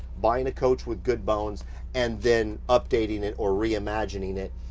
buying a coach with good bones and then updating it or reimagining it.